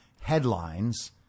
headlines